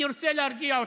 אני רוצה להרגיע אתכם: